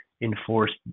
enforced